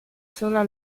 sola